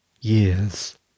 years